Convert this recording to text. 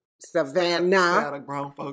Savannah